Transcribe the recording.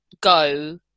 go